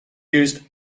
used